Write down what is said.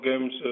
games